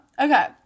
Okay